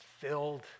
filled